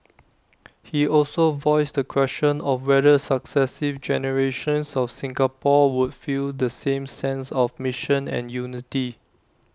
he also voiced the question of whether successive generations of Singapore would feel the same sense of mission and unity